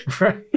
Right